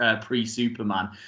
pre-Superman